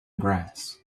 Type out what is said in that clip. grass